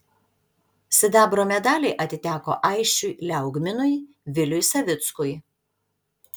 sidabro medaliai atiteko aisčiui liaugminui viliui savickui